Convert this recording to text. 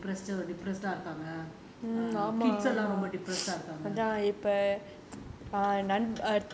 எல்லாரும்:ellarum people எல்லாம்:ellaam people are more depressed இருக்காங்க எல்லாம்:irukaanga ellaam more depressed இருக்காங்க:irukaanga